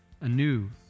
anew